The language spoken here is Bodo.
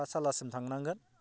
पाठसालासिम थांनांगोन